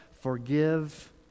forgive